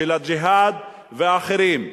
של ה"ג'יהאד" ואחרים?